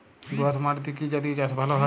দোয়াশ মাটিতে কি জাতীয় চাষ ভালো হবে?